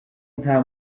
nta